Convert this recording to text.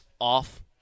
off